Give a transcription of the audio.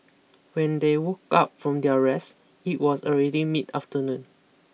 when they woke up from their rest it was already mid afternoon